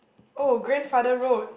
oh grandfather road